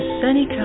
sunny